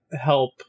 help